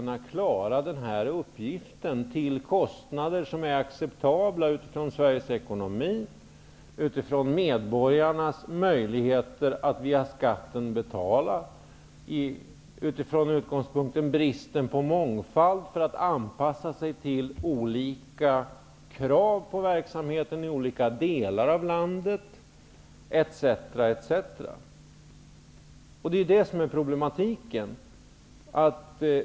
Det skall vara möjligt att klara uppgiften till en acceptabel kostnad utifrån Sveriges ekonomi, medborgarnas möjligheter att betala via skatten, bristen på mångfald i fråga om en anpassning till olika krav på verksamheten i olika delar av landet etc. Det är problematiken.